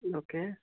okay